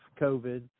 COVID